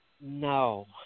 No